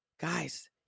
guys